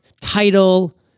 title